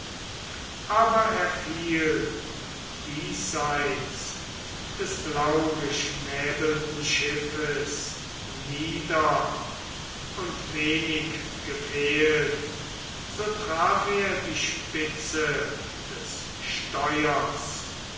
aber er fiel diesseits des blaugeschnäbelten schiffes nieder und wenig gefehlt so traf er die spitze des steuers